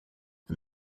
and